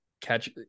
catch